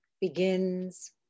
begins